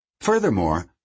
Furthermore